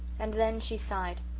and then she sighed.